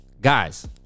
guys